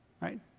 right